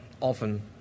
often